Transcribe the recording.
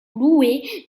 loué